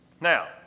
Now